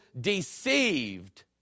deceived